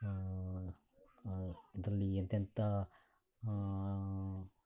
ಇದರಲ್ಲಿ ಎಂಥೆಂತ